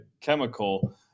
chemical